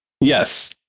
Yes